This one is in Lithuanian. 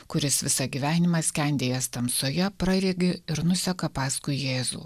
kuris visą gyvenimą skendėjęs tamsoje praregi ir nuseka paskui jėzų